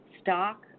stock